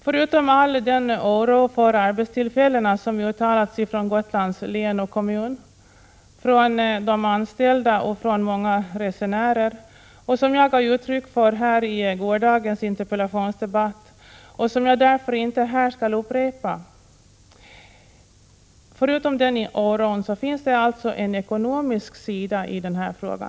Förutom all den oro för arbetstillfällena som har uttalats från Gotlands län och kommun, från de anställda och från många resenärer — som jag gav uttryck för i gårdagens interpellationsdebatt och som jag därför inte här skall upprepa — finns det alltså en ekonomisk sida i denna fråga.